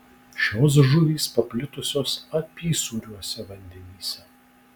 šios žuvys paplitusios apysūriuose vandenyse